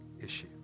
issue